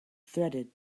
threaded